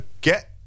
get